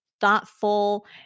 thoughtful